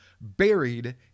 buried